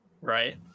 right